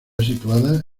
situada